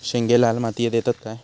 शेंगे लाल मातीयेत येतत काय?